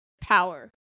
power